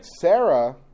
Sarah